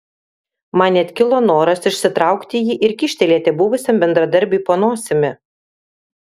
man net kilo noras išsitraukti jį ir kyštelėti buvusiam bendradarbiui po nosimi